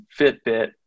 Fitbit